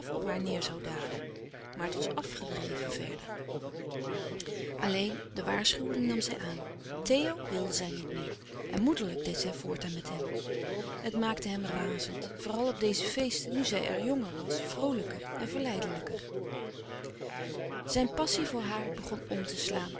op haar neêr zoû dalen maar het was afgedreven verder alleen de waarschuwing nam zij aan theo wilde zij niet meer en moederlijk deed zij voortaan met louis couperus de stille kracht hem het maakte hem razend vooral op deze feesten nu zij er jonger was vroolijker en verleidelijker zijn passie voor haar begon om te slaan